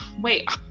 wait